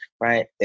right